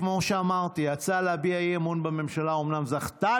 כמו שאמרתי: "ההצעה להביע אי-אמון בממשלה אומנם זכתה